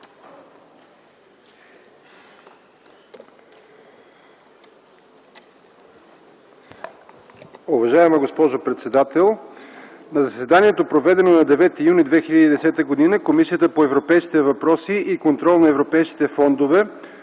Уважаема госпожо председател! „На заседанието, проведено на 9 юни 2010 г., Комисията по европейските въпроси и контрол на европейските фондове